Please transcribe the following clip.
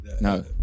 No